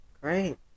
Great